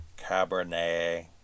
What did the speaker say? Cabernet